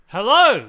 Hello